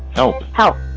help, help.